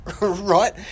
right